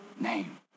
name